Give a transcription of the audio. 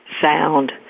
sound